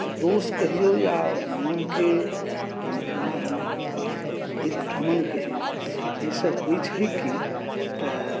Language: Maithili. दोष कहियौ या मोनके दिग्भ्रमण कहियौ ईसभ होइत छै की तऽ